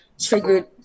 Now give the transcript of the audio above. triggered